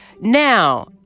Now